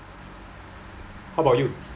how about you